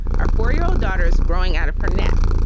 our four year old daughter is growing out of her neck.